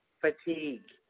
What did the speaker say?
fatigue